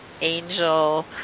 angel